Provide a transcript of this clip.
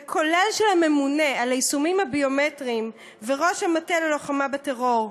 וכולל דעתם של הממונה על היישומים הביומטריים וראש המטה ללוחמה בטרור.